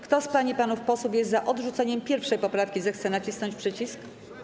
Kto z pań i panów posłów jest za odrzuceniem 1. poprawki, zechce nacisnąć przycisk.